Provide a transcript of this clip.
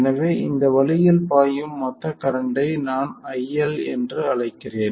எனவே இந்த வழியில் பாயும் மொத்த கரண்ட்டை நான் IL என்று அழைக்கிறேன்